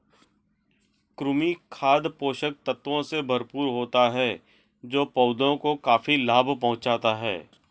कृमि खाद पोषक तत्वों से भरपूर होता है जो पौधों को काफी लाभ पहुँचाता है